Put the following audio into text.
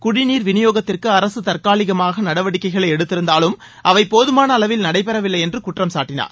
குடிநீர் விநியோகத்திற்கு அரசு தற்காலிகமாக நடவடிக்கைகளை எடுத்திருந்ததாலும் அவை போதமான அளவில் நடைபெறவில்லை என்று குற்றம்சாட்டினார்